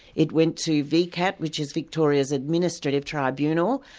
it went to vcat, which is victoria's administrative tribunal,